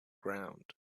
ground